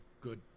good